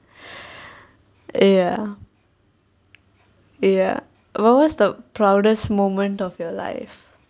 ya ya what what's the proudest moment of your life